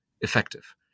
effective